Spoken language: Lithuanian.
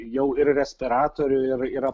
jau ir respiratorių ir yra